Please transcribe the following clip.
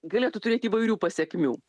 galėtų turėt įvairių pasekmių